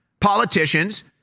politicians